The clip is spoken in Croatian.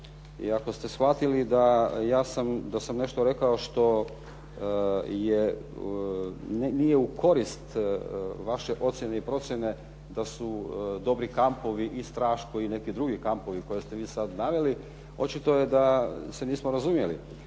ako ste shvatili da sam nešto rekao što nije u korist vaše ocjene i procjene, da su dobri kampovi i Straško i neki drugi kampovi koje ste vi sad naveli očito je da se nismo razumjeli.